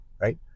right